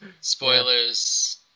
spoilers